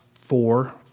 four